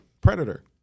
Predator